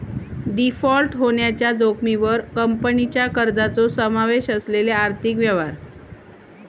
default होण्याच्या जोखमीवर कंपनीच्या कर्जाचो समावेश असलेले आर्थिक व्यवहार